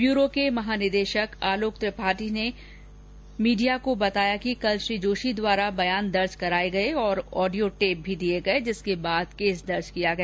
bureau के महानिदेशक आलोक त्रिपाठी ने मीडिया को बताया कि कल श्री जोशी द्वारा बयान दर्ज कराए गए और ऑडियो टेप भी दिए गए जिसके बाद केस दर्ज किया गया